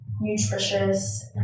nutritious